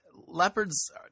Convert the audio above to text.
Leopards